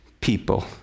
people